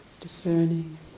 discerning